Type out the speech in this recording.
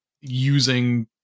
using